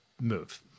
move